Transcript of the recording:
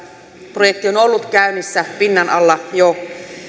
projekti on ollut käynnissä pinnan alla jo